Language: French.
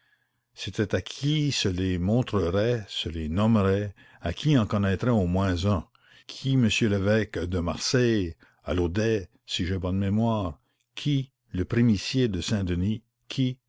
c'était à qui se les montrerait se les nommerait à qui en connaîtrait au moins un qui monsieur l'évêque de marseille alaudet si j'ai bonne mémoire qui le primicier de saint-denis qui